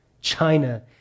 China